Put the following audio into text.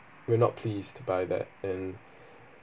we're not pleased by that and